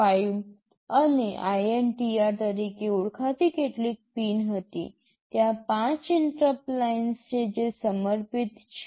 5 અને INTR તરીકે ઓળખાતી કેટલીક પિન હતી ત્યાં પાંચ ઇન્ટરપ્ટ લાઇન્સ છે જે સમર્પિત છે